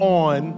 on